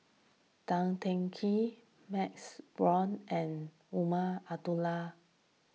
Tan Teng Kee MaxLe Blond and Umar Abdullah